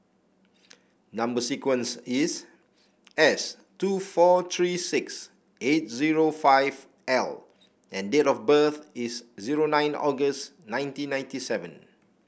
number sequence is S two four three six eight zero five L and date of birth is zero nine August nineteen ninety seven